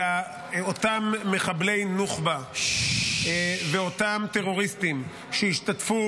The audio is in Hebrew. ואותם מחבלי נוח'בה ואותם טרוריסטים שהשתתפו